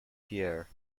pierre